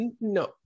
no